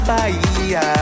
Bahia